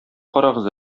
карагыз